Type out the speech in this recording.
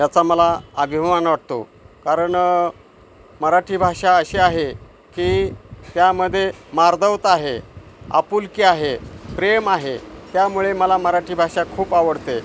याचा मला अभिमान वाटतो कारण मराठी भाषा अशी आहे की त्यामध्ये मार्दवता आहे आपुलकी आहे प्रेम आहे त्यामुळे मला मराठी भाषा खूप आवडते